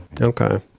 Okay